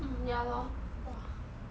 mm ya lor !whoa!